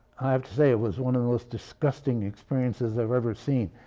i have to say it was one of the most disgusting experiences i have ever seen,